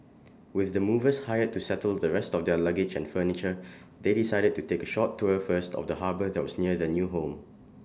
with the movers hired to settle the rest of their luggage furniture they decided to take short tour first of the harbour that was near their new home